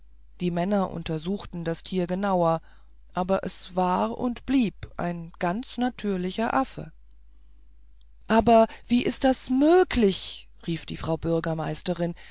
die männer untersuchten das tier genauer aber es war und blieb ein ganz natürlicher affe aber wie ist dies möglich rief die frau bürgermeisterin